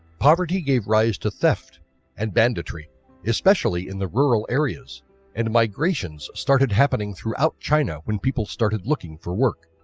poverty gave rise to theft and banditry especially in the rural areas and migrations started happening throughout china when people started looking for work.